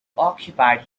occupied